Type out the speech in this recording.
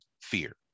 fear